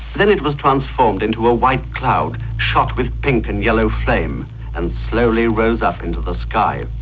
then it was transformed into a white cloud, shot with pink and yellow flame and slowly rose up into the sky.